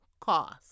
cost